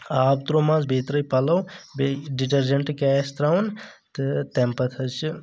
آب ترٛوو منٛز بیٚیہِ ترأے پَلو بیٚیہِ ڈِٹٔرجنٹ کیٛاہ آسہِ ترٛاوُن تہٕ تٔمہِ پتہٕ حظ چھِ